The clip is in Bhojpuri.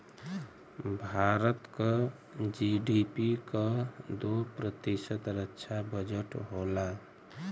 भारत क जी.डी.पी क दो प्रतिशत रक्षा बजट होला